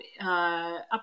up